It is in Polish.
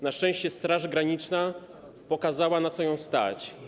Na szczęście Straż Graniczna pokazała, na co ją stać.